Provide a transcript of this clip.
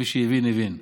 מי שהבין הבין.